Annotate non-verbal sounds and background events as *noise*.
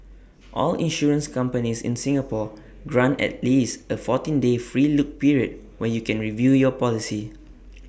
all insurance companies in Singapore grant at least A fourteen day free look period when you can review your policy *noise*